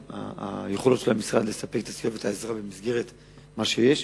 וכן היכולת של המשרד לספק את הסיוע והעזרה במסגרת מה שיש.